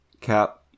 Cap